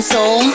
Soul